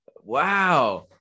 Wow